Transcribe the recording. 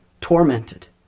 tormented